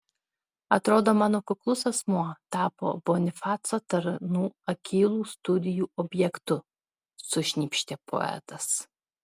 atrodo mano kuklus asmuo tapo bonifaco tarnų akylų studijų objektu sušnypštė poetas